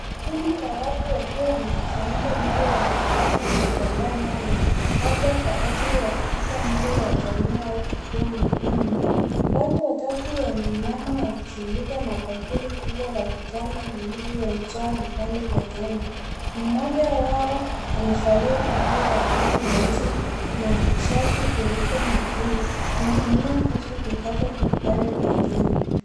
Kundi la watu wakiwa wamekusanyika nje wakikata na kuandaa nyama labda kwa ajili ya kupika mlo wa jamii au tukio maalum watu watatu wameinama wakishughulika na bakuli kubwa la kijani lililojaa vipande vya nyama mmoja wao amevalia kofia ya buluu nyeusi na shati jeupe na buluu anatumia kisu kukata vipande vya nyama.